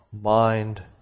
mind